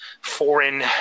foreign